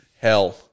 Hell